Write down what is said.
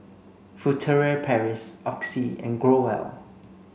Furtere Paris Oxy and Growell